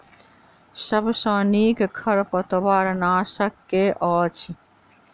सबसँ नीक खरपतवार नाशक केँ अछि?